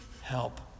help